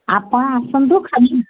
ଆପଣ ଆସନ୍ତୁ ଖାଲି